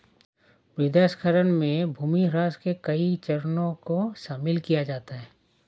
मृदा क्षरण में भूमिह्रास के कई चरणों को शामिल किया जाता है